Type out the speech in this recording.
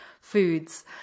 foods